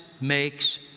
makes